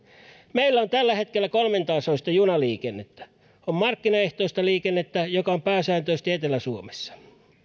meillä on tällä hetkellä kolmentasoista junaliikennettä on markkinaehtoista liikennettä joka on pääsääntöisesti etelä suomessa